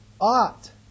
ought